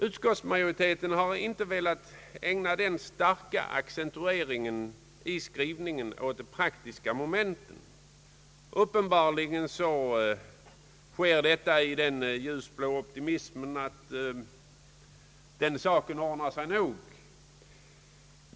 Utskottsmajoriteten har i sin skrivning inte velat accentuera de praktiska momenten. Uppenbarligen beror detta på en ljusblå optimism. Man tror tydligen att den saken ordnar sig.